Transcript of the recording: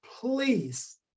please